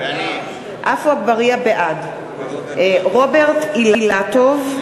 עפו אגבאריה, בעד גם אני.